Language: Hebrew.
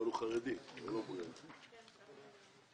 גם טרור העפיפונים וטרור נוסף שבעקבותיו נגרמו נזקים לעסקים בעוטף עזה.